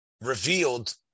revealed